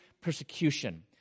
persecution